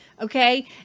Okay